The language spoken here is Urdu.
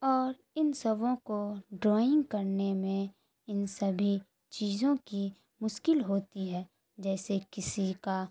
اور ان سب کو ڈرائنگ کرنے میں ان سبھی چیزوں کی مشکل ہوتی ہے جیسے کسی کا